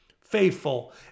faithful